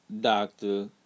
doctor